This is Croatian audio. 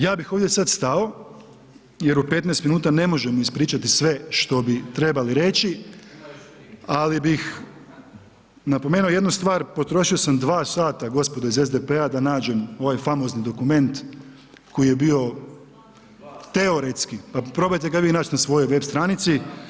Ja bih ovdje sad stao jer u 15 minuta ne može ispričati sve što bi trebali reći, ali bih napomenuo jednu stvar, potrošio sam 2 sata, gospodo iz SDP-a, da nađem ovaj famozni dokument, koji je bio, teoretski, pa probajte ga vi naći na svojoj web stranici.